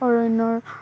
অৰণ্য